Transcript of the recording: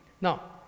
Now